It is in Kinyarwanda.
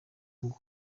ngo